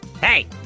Hey